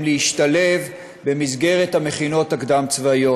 להשתלב במסגרת המכינות הקדם-צבאיות,